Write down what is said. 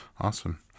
awesome